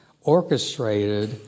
orchestrated